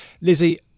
Lizzie